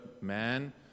man